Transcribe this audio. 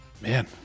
man